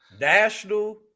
national